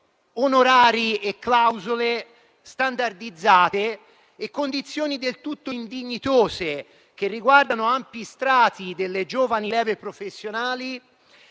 onorari e clausole standardizzati e condizioni del tutto indignitose, che riguardano ampi strati delle giovani leve professionali,